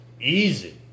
easy